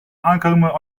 aankomen